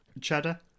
Cheddar